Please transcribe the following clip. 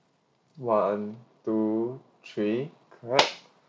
one two three clap